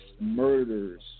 murders